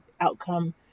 outcome